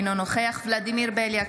אינו נוכח ולדימיר בליאק,